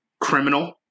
criminal